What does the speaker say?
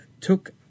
took